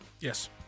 Yes